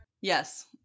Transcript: yes